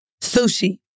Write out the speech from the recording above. Sushi